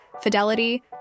Fidelity